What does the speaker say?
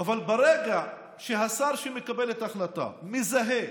אבל ברגע שהשר שמקבל את ההחלטה מזהה